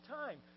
time